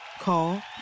Call